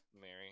Mary